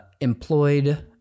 employed